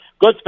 good